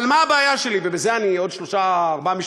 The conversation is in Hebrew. אבל מה הבעיה שלי, עוד שלושה-ארבעה משפטים,